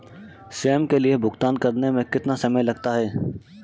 स्वयं के लिए भुगतान करने में कितना समय लगता है?